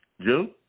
June